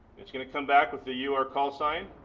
it's gonna come back with the you are callsign